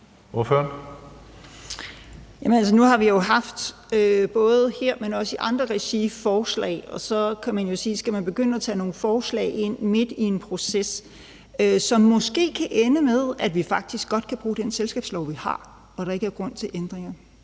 nu har vi jo haft – både her, men også i andre regi – forslag, og så kan man jo spørge, om man skal begynde at tage nogle forslag ind midt i en proces, som måske kan ende med, at vi faktisk godt kan bruge den selskabslov, vi har, og at der ikke er grund til ændringer.